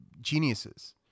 geniuses